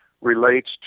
relates